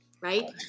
right